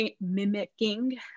mimicking